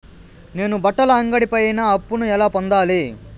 నేను బట్టల అంగడి పైన అప్పును ఎలా పొందాలి?